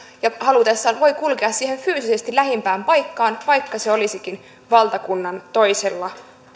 halutessaan voi kulkea siihen fyysisesti lähimpään paikkaan vaikka se olisikin valtakunnanrajan toisella